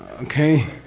okay?